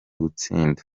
gutsinda